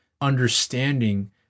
understanding